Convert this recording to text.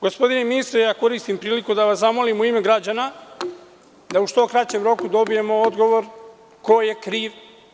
Gospodine ministre, koristim priliku da vas zamolim u ime građana da u što kraćem roku dobijemo odgovor ko je kriv.